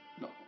No